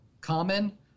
common